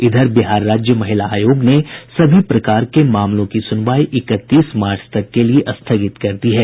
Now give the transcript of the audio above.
इधर बिहार राज्य महिला आयोग ने सभी प्रकार के मामलों की सुनवाई इकतीस मार्च तक के लिए स्थगित कर दी है